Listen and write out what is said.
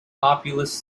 populous